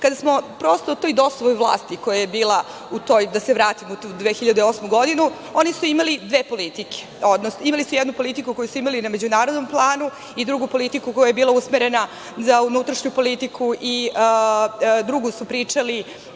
smo prosto u toj DOS-ovoj vlasti koja je bila, da se vratimo malo u 2008. godinu, oni su imali dve politike. Imali su jednu politiku koju su imali na međunarodnom planu i drugu politiku koja je bila usmerena za unutrašnju politiku, a drugo su pričali